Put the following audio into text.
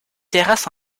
terrasse